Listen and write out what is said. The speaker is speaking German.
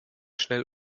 schnell